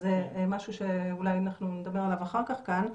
זה משהו שאולי אנחנו נדבר עליו אחר כך כאן,